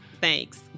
Thanks